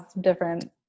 different